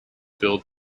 build